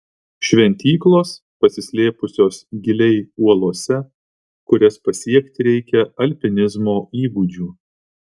šventyklos pasislėpusios giliai uolose kurias pasiekti reikia alpinizmo įgūdžių